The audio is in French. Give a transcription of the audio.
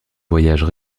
voyages